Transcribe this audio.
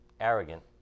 arrogant